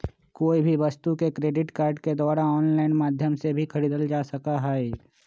कोई भी वस्तु के क्रेडिट कार्ड के द्वारा आन्लाइन माध्यम से भी खरीदल जा सका हई